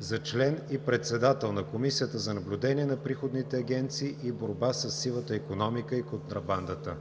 за член и председател на Комисията за наблюдение на приходните агенции и борба със сивата икономика и контрабандата.“